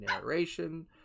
narration